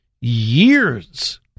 years